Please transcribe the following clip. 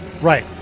Right